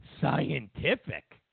scientific